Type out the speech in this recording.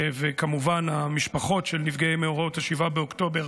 וכמובן המשפחות של נפגעי מאורעות 7 באוקטובר,